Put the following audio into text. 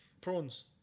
prawns